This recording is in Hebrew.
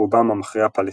רובם המכריע פלסטינים.